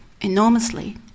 enormously